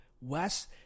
West